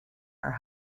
are